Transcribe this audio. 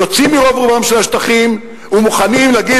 יוצאים מרוב-רובם של השטחים ומוכנים להגיד